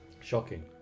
Shocking